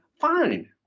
Fine